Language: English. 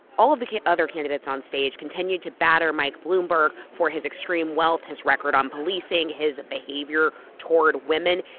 all of the other candidates on stage continued to batter mike bloomberg for his extreme wealth, his record on policing, his behavior toward women.